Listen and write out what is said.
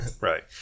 right